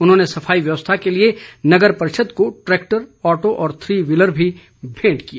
उन्होंने सफाई व्यवस्था के लिए नगर परिषद को ट्रैक्टर ऑटो और थ्री व्हीलर भी भेंट किए